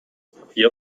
papier